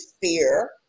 fear